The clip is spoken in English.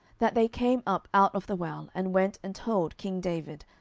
that they came up out of the well, and went and told king david,